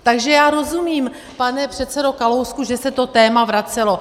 Takže já rozumím, pane předsedo Kalousku, že se to téma vracelo.